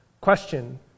Question